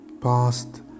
past